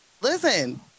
listen